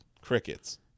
crickets